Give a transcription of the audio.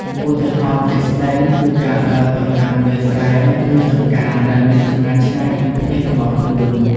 ឧទាហរណ៍ជាក់ស្តែងគឺការដើរទៅកាន់វាលស្រែ ឬចំការដែលមានចម្ងាយឆ្ងាយពីផ្ទះរបស់ខ្លួន។